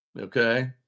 Okay